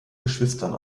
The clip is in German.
geschwistern